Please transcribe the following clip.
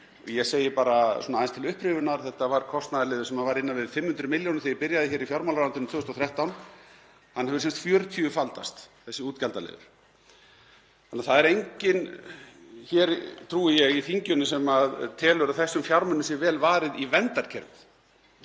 Ég segi bara svona aðeins til upprifjunar að þetta var kostnaðarliður sem var innan við 500 milljónir þegar ég byrjaði í fjármálaráðuneytinu 2013. Hann hefur sem sagt fjörutíufaldast, þessi útgjaldaliður. Þannig að það er enginn hér, trúi ég, í þinginu sem telur að þessum fjármunum sé vel varið í verndarkerfið.